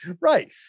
Right